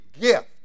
gift